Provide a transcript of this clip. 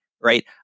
right